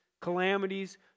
calamities